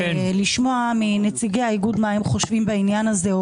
לשמוע מנציגי האיגוד מה הם חושבים בעניין הזה.